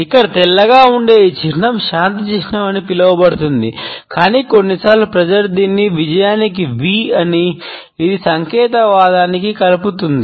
ఇక్కడ తెల్లగా ఉండే ఈ చిహ్నం శాంతి చిహ్నం అని పిలువబడుతుంది కానీ కొన్నిసార్లు ప్రజలు దీనిని విజయానికి V అని అర్ధం ఇది సంకేతవాదానికి కలుపుతుంది